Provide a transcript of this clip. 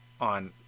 on